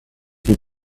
heat